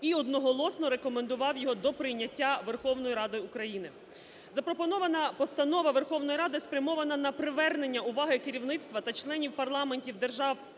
і одноголосно рекомендував його до прийняття Верховною Радою України. Запропонована постанова Верховної Ради спрямована на привернення уваги керівництва та членів парламентів